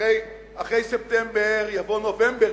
אחרי ספטמבר יבוא נובמבר,